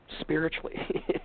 spiritually